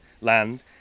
land